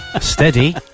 Steady